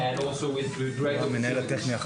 היפה.